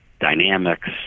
dynamics